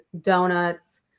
donuts